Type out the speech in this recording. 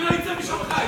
אני לא אצא משם חי,